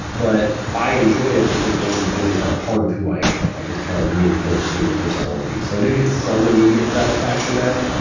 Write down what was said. but i enjoy it because going to the gym is now part of who i am. i get to kind of reinforce being the person i want to be. so i do get some immediate satisfaction now,